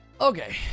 okay